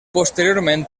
posteriorment